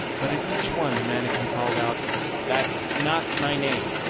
but at each one the manikin called out that's not my name.